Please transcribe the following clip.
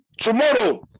Tomorrow